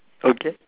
okay